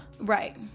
right